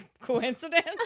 Coincidence